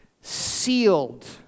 sealed